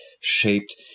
shaped